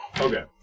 Okay